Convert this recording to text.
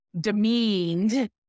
demeaned